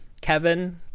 Kevin